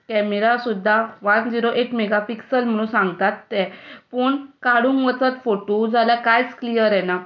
camera सुद्दां one zero eight megapixels म्हणून सांगतात ते पूण काडूंक वचत फोटो जाल्यार कांयच क्लियर येना